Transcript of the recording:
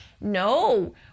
No